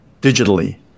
digitally